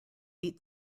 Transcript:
beat